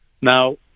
Now